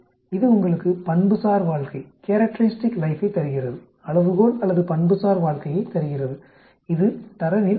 இது உங்களுக்கு பண்புசார் வாழ்க்கையைத் தருகிறது அளவுகோள் அல்லது பண்புசார் வாழ்க்கையைத் தருகிறது இது தரவின் 63